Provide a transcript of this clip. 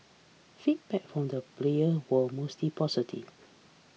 feedback from the players were mostly positive